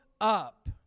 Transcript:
up